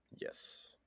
Yes